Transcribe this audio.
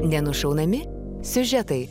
ne nušaunami siužetai